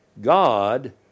God